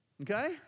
Okay